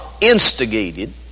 instigated